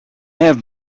have